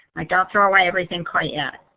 don't throw away everything quite yet.